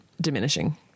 diminishing